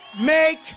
make